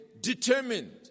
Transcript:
determined